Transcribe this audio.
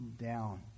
down